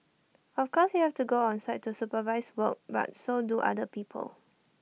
of course you have to go on site to supervise work but so do other people